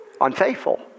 Unfaithful